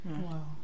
wow